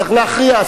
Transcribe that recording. צריך להכריע.